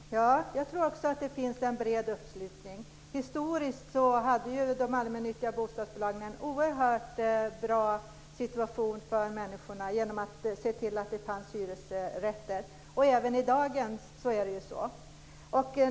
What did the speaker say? Fru talman! Jag tror också att det finns en bred uppslutning. Historiskt hade de allmännyttiga bostadsbolagen en oerhört bra situationen och såg till att det fanns hyresrätter för människorna. Även i dag är det så.